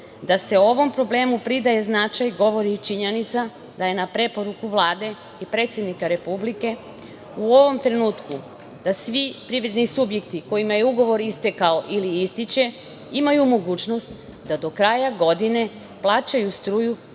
se ovom problemu pridaje značaj govori i činjenica da je na preporuku Vlade i predsednika Republike u ovom trenutku da svi privredni subjekti kojima je ugovor istekao ili ističe imaju mogućnost da do kraja godine plaćaju struju